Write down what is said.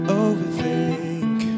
overthink